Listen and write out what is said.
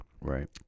right